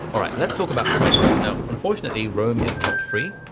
all right, let's talk about pricing. now, unfortunately, roam is not free.